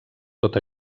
tot